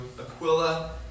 Aquila